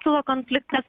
kilo konfliktas